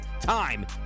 Time